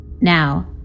Now